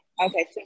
Okay